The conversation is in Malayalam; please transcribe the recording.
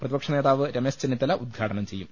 പതി പക്ഷ നേതാവ് രമേശ് ചെന്നിത്തല ഉദ്ഘാടനം ചെയ്യും